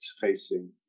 facing